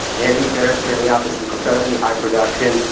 vanity fair is turning out this incredibly high-production,